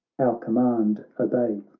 our command obey.